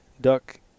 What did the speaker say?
duck